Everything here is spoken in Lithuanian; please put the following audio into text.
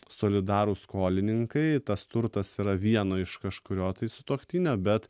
solidarūs skolininkai tas turtas yra vieno iš kažkurio tai sutuoktinio bet